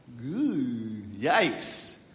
Yikes